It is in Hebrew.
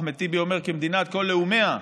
אחמד טיבי אומר: מדינת כל לאומיה.